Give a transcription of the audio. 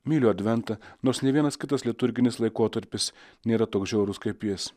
myliu adventą nors ne vienas kitas liturginis laikotarpis nėra toks žiaurus kaip jis